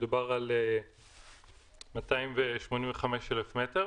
מדובר על 285,000 מ"ר